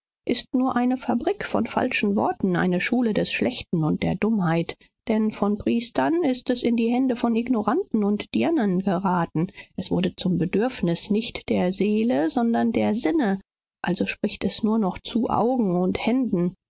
ist nur eine fabrik von falschen worten eine schule des schlechten und der dummheit denn von priestern ist es in die hände von ignoranten und dirnen geraten es wurde zum bedürfnis nicht der seele sondern der sinne also spricht es nur noch zu augen und händen